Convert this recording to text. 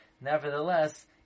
nevertheless